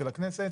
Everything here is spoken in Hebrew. של הכנסת